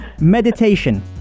Meditation